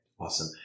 Awesome